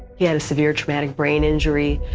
he had a severe traumatic brain injury,